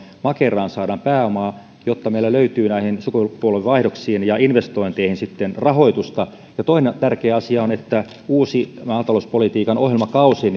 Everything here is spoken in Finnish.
makeraan saadaan pääomaa jotta meillä löytyy sukupolvenvaihdoksiin ja investointeihin rahoitusta toinen tärkeä asia on että uusi maatalouspolitiikan ohjelmakausi